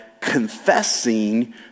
confessing